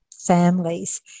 families